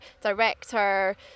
director